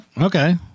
Okay